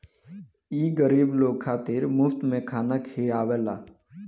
ई गरीब लोग खातिर मुफ्त में खाना खिआवेला